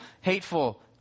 hateful